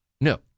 No